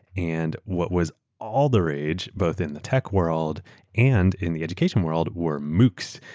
and what was all the rage, both in the tech world and in the education world, were moocs.